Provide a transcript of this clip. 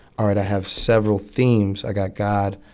all right, i have several themes i got god,